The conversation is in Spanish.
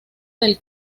del